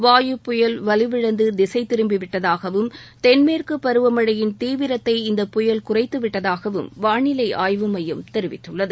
வாயு புயல் வலுவிழந்து திசை திரும்பிவிட்டதாகவும் தென்மேற்கு பருவமழையின் தீவிரத்தை இந்தப் புயல் குறைத்துவிட்டதாகவும் வானிலை ஆய்வு மையம் தெரிவித்துள்ளது